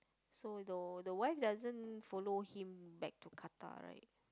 so the the wife doesn't follow him back to Qatar right